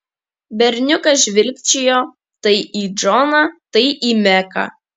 berniukas žvilgčiojo tai į džoną tai į meką